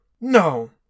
No